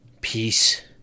Peace